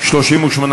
התשע"ו 2016, נתקבל.